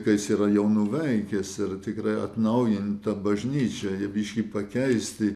kai jis yra jau nuveikęs ir tikrai atnaujinta bažnyčia biškį pakeisti